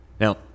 Now